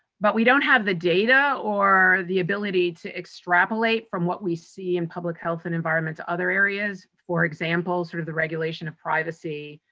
but we don't have the data or the ability to extrapolate from what we see in public health and environment to other areas, for example, sort of the regulation of privacy